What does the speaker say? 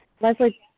Leslie